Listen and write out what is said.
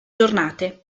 giornate